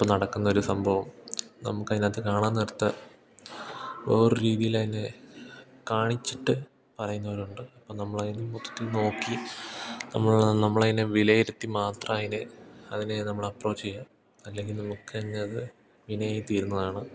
ഇപ്പം നടക്കുന്നൊരു സംഭവം നമുക്കതിനകത്ത് കാണാൻ നേരത്ത് വേറൊരു രീതിയിലതിനെ കാണിച്ചിട്ട് പറയുന്നവരുണ്ട് അപ്പം നമ്മളതിനു മൊത്തത്തിൽ നോക്കി നമ്മൾ നമ്മളതിനെ വിലയിരുത്തി മാത്രം അതിന് അതിനെ നമ്മൾ അപ്രോച്ച് ചെയ്യുക അല്ലെങ്കിൽ നമുക്കു തന്നെയത് വിനയായി തീരുന്നതാണ്